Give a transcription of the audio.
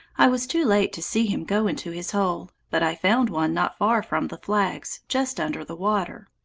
i was too late to see him go into his hole, but i found one not far from the flags, just under the water.